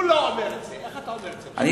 הוא לא אומר את זה, איך אתה אומר את זה בשמו?